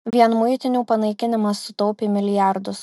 vien muitinių panaikinimas sutaupė milijardus